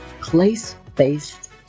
place-based